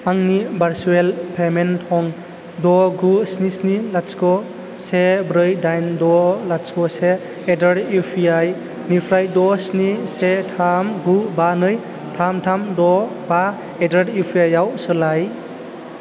आंनि भारसुएल पेमेन्ट थं द' गु स्नि स्नि लाथिख' से ब्रै दाइन द' लाथिख' से एडारेड इउपिआइ निफ्राय द' स्नि से थाम गु बा नै थाम थाम द' बा एडारेड इउपिआइआव सोलाय